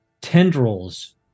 tendrils